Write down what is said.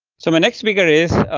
so my next speaker is, ah,